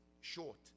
short